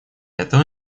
этого